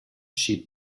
she